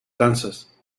kansas